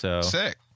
Sick